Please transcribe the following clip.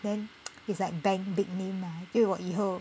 then it's like bank big name mah 因为我以后